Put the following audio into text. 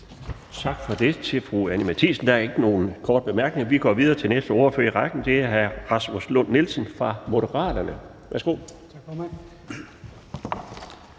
Tak for det til fru Anni Matthiesen. Der er ikke nogen korte bemærkninger. Vi går videre til næste ordfører i rækken. Det er hr. Rasmus Lund-Nielsen fra Moderaterne. Værsgo. Kl.